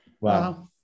Wow